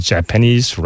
Japanese